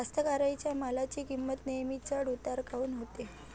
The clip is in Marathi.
कास्तकाराइच्या मालाची किंमत नेहमी चढ उतार काऊन होते?